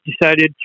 decided